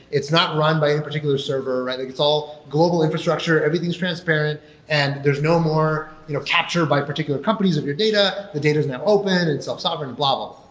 it's not run by any and particular server. it's all global infrastructure. everything is transparent and there's no more you know capture by particular companies of your data. the data is now open and it's self-sovereign, blah-blah-blah.